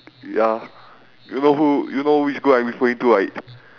ya you know who you know which group I'm referring to right